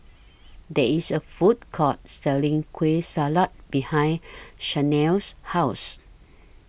There IS A Food Court Selling Kueh Salat behind Shanell's House